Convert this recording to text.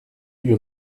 you